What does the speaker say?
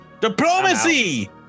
Diplomacy